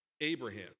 Abraham